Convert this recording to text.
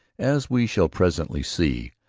as we shall presently see,